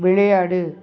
விளையாடு